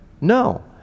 No